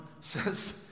says